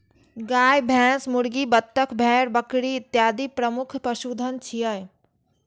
गाय, भैंस, मुर्गी, बत्तख, भेड़, बकरी इत्यादि प्रमुख पशुधन छियै